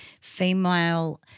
female